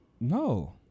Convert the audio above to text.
No